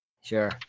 Sure